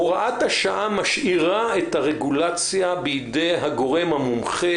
הוראת השעה משאירה את הרגולציה בידי הגורם המומחה,